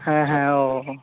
হ্যাঁ হ্যাঁ ও ও